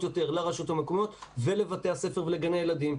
יותר לרשויות המקומיות ולבתי הספר ולגני הילדים,